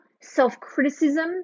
self-criticism